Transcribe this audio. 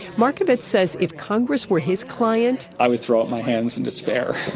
markotvitz says if congress were his client, i would throw up my hands in despair.